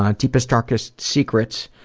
um deepest darkest secrets,